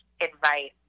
advice